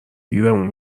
دیرمون